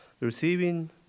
receiving